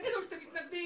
תגידו שאתם מתנגדים.